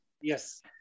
Yes